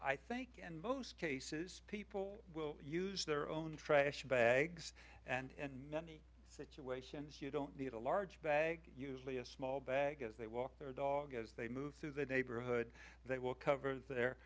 i think in most cases people will use their own trash bags and situations you don't need a large bag usually a small bag as they walk their dog as they move through the neighborhood they will cover their